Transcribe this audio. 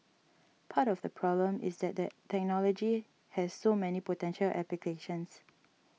part of the problem is that the technology has so many potential applications